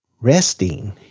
Resting